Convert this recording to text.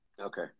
Okay